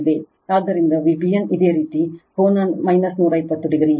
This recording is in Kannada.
ಆದ್ದರಿಂದ Vbn ಇದೇ ರೀತಿ ಕೋನ 120 o